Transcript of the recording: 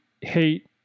hate